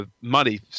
money